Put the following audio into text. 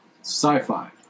Sci-fi